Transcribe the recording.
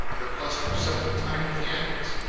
where clustered several tiny canyons,